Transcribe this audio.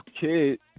kid